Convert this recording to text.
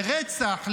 לרצח,